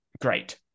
Great